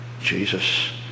Jesus